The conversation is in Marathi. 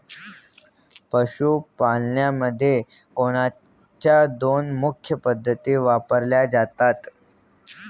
पशुपालनामध्ये कोणत्या दोन मुख्य पद्धती वापरल्या जातात?